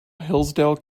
hillsdale